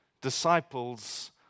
disciples